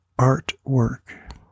artwork